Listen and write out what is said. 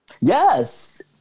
Yes